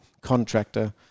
contractor